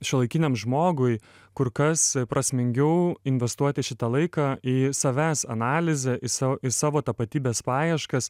šiuolaikiniam žmogui kur kas prasmingiau investuoti šitą laiką į savęs analizę į sau į savo tapatybės paieškas